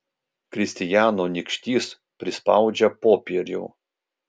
kristijano nykštys prispaudžia popierių